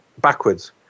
backwards